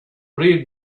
read